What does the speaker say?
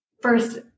first